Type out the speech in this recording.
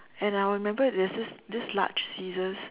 and I will remember there's this this large scissors